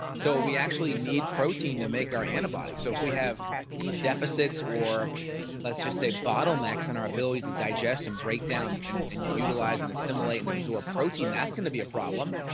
so we actually need protein to make our antibody. so if we have deficits or let's just say bottlenecks in our ability to digest and break down and and utilize and assimilate and absorb protein that's going to be a problem.